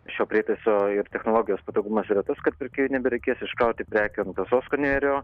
šio prietaiso ir technologijos patogumas yra tas kad pirkėjui nebereikės iškrauti prekių ant kasos konvejerio